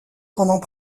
pendant